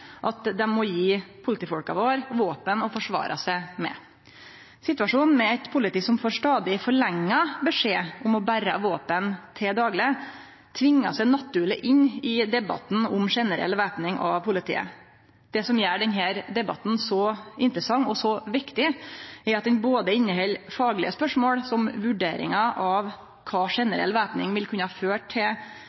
at dei må gje politifolka våre våpen å forsvare seg med. Situasjonen med eit politi som får stadig forlenga beskjed om å bere våpen til dagleg, tvingar seg naturleg inn i debatten om generell væpning av politiet. Det som gjer denne debatten så interessant og så viktig, er at han inneheld både faglege spørsmål, som vurderingar av kva generell væpning vil kunne føre til